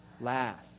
Last